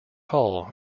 hall